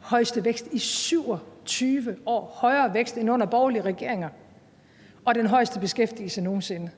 højeste vækst i 27 år. Det var en højere vækst end under borgerlige regeringer og den højeste beskæftigelse nogen sinde.